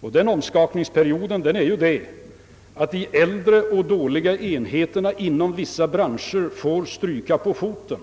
och denna omskapningsperiod innebär att de äldre och dåliga enheterna inom vissa branscher får stryka på foten.